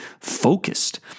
focused